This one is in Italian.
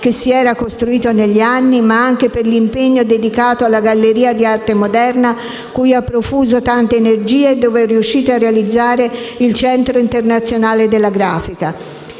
che si era costruito negli anni, ma anche per l'impegno dedicato alla Galleria d'arte moderna e contemporanea cui ha profuso tante energie e dove è riuscito a realizzare il centro internazionale della grafica.